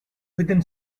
within